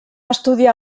estudiar